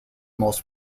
most